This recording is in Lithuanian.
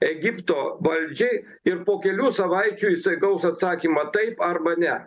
egipto valdžiai ir po kelių savaičių jisai gaus atsakymą taip arba ne